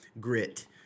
grit